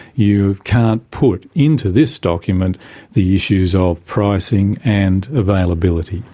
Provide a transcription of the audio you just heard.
you can't put into this document the issues of pricing and availability.